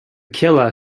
killer